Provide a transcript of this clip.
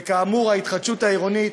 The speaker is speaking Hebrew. וכאמור ההתחדשות העירונית